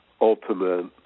ultimate